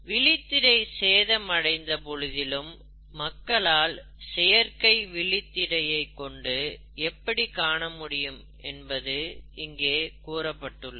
விழித்திரை சேதம் அடைந்த பொழுதிலும் மக்களால் செயற்கை விழித்திரையை கொண்டு எப்படி காணமுடியும் என்பது இங்கே கூறப்பட்டுள்ளது